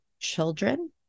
children